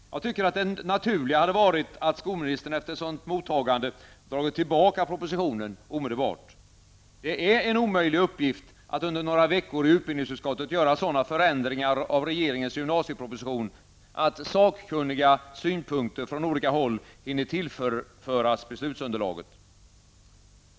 Jag tycker att det naturliga hade varit att skolministern efter ett sådant mottagande dragit tillbaka propositionen omedelbart. Det är en omöjlig uppgift att under några veckor i utbildningsutskottet göra sådana förändringar av regeringens gymnasieproposition om att sakkunniga synpunkter från olika håll hinner tillföras beslutsunderlaget.